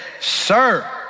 sir